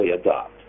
adopt